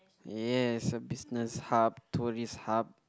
yes so business hub tourists hub